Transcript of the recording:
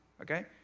okay